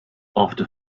after